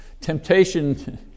Temptation